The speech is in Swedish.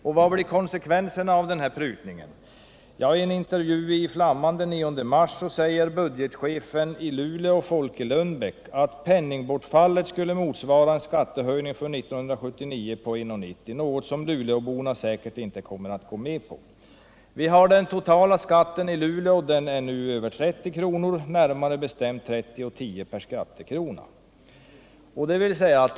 Vilka blir konsekvenserna av prutningen? I en intervju i Flamman den 9 mars sade budgetchefen i Luleå Folke Lundbäck att penningbortfallet skulle motsvara en skattehöjning för år 1979 på 1:90, något som Luleåborna säkert inte kommer att gå med på. Den totala skatten i Luleå är nu över 30 kr. — närmare bestämt 30:10 — per skattekrona.